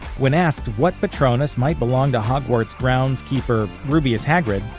when asked what patronus might belong to hogwarts groundskeeper rubeus hagrid,